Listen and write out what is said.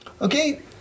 Okay